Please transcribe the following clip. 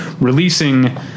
releasing